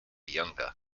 younger